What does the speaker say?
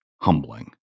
humbling